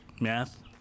Math